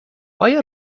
آیا